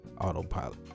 Autopilot